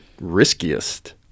riskiest